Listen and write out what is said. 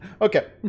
Okay